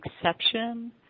exception